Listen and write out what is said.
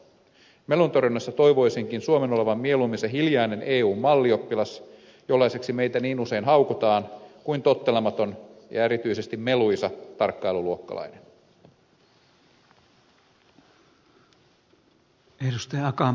meluntorjunnassa toivoisinkin suomen olevan mieluummin se hiljainen eun mallioppilas jollaiseksi meitä niin usein haukutaan kuin tottelematon ja erityisesti meluisa tarkkailuluokkalainen